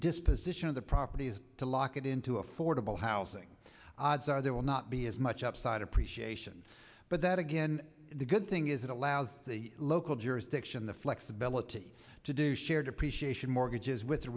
disposition of the property is to lock it into affordable housing odds are there will not be as much upside appreciation but that again the good thing is it allows the local jurisdiction the flexibility to do shared appreciation mortgages with